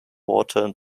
water